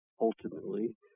ultimately